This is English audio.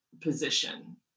position